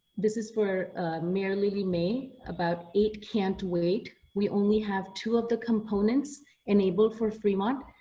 this is for mayor lily mei, about it can't wait, we only have two of the components enabled for fremont,